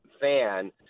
fan